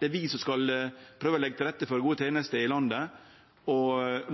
Det er vi som skal prøve å leggje til rette for gode tenester i landet.